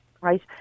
right